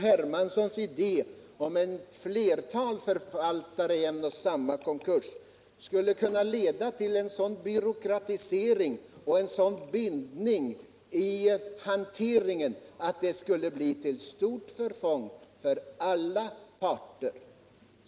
Hermanssons idé om ett flertal förvaltare i en och samma konkurs skulle kunna leda till en sådan byråkratisering och bindning i hanteringen att det skulle bli till stort förfång för alla parter.